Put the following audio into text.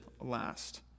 last